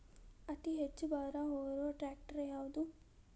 ಅತಿ ಹೆಚ್ಚ ಭಾರ ಹೊರು ಟ್ರ್ಯಾಕ್ಟರ್ ಯಾದು?